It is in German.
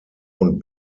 und